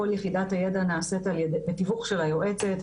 כל יחידת הידע נעשית בתיווך של היועצת,